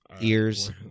Ears